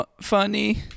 funny